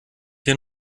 hier